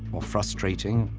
or frustrating,